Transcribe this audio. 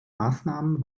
maßnahmen